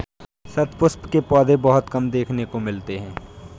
शतपुष्प के पौधे बहुत कम देखने को मिलते हैं